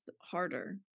harder